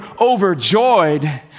overjoyed